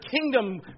kingdom